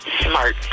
Smart